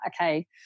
okay